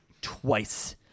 twice